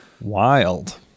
Wild